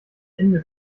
ende